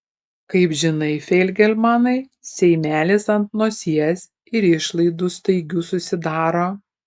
kaip žinai feigelmanai seimelis ant nosies ir išlaidų staigių susidaro